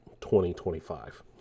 2025